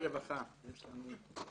גם אם לא היית מעירה את זה, היינו מעלים זאת,